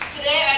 Today